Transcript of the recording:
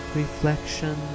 reflection